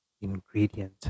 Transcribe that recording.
ingredient